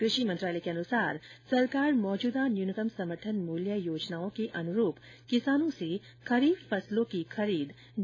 कृषि मंत्रालय के अनुसार सरकार मौजूदा न्यूनतम समर्थन मूल्य योजनाओं के अनुरूप किसानों से खरीफ फसलों की खरीद जारी रखे हुए है